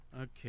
Okay